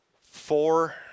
four